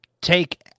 take